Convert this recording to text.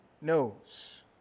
knows